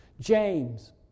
james